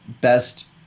best